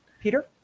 peter